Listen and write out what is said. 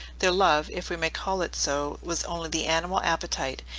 their love, if we may call it so, was only the animal appetite,